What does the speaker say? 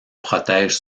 protège